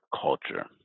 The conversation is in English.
culture